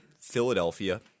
Philadelphia